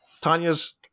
Tanya's